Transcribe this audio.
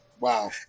Wow